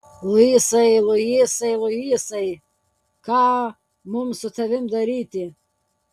luisai luisai luisai ką mums su tavimi daryti